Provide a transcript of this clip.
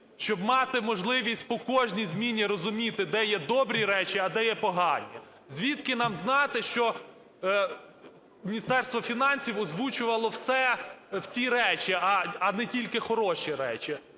щоб мати можливість по кожній зміні розуміти, де є добрі речі, а де є погані. Звідки нам знати, що Міністерство фінансів озвучувало все, всі речі, а не тільки хороші речі.